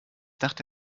dachte